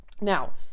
Now